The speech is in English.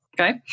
Okay